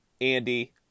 Andy